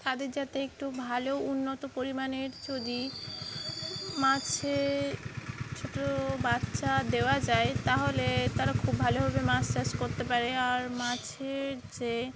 তাদের যাতে একটু ভালো উন্নত পরিমাণের যদি মাছে ছোটো বাচ্চা দেওয়া যায় তাহলে তারা খুব ভালোভাবে মাছ চাষ করতে পারে আর মাছের যে